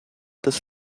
des